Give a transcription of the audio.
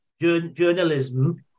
journalism